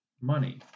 money